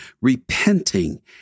repenting